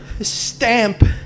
stamp